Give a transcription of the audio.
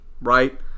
right